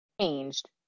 changed